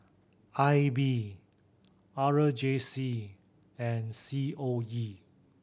I B R J C and C O E